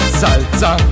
salsa